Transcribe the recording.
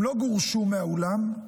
הם לא גורשו מהאולם,